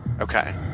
okay